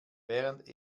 während